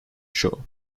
show